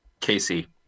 Casey